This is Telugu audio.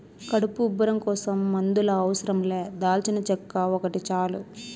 కడుపు ఉబ్బరం కోసం మందుల అవసరం లా దాల్చినచెక్క ఒకటి చాలు